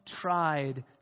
tried